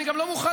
אני גם לא מוכן,